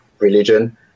religion